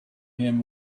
him